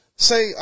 Say